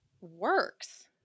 works